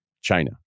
China